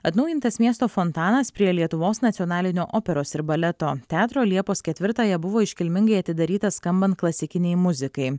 atnaujintas miesto fontanas prie lietuvos nacionalinio operos ir baleto teatro liepos ketvirtąją buvo iškilmingai atidarytas skambant klasikinei muzikai